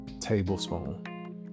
tablespoon